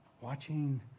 watching